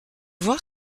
voir